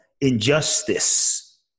injustice